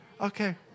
Okay